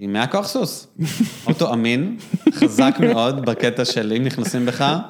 ימי הקורסוס, אוטו אמין, חזק מאוד בקטע של אם נכנסים בך.